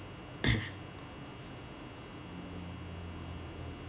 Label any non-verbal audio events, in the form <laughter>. <noise>